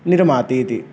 निर्मातीति